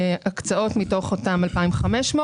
הקצאות מתוך אותם 2,500,